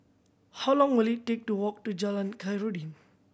how long will it take to walk to Jalan Khairuddin